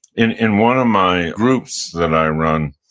in in one of my groups that i run,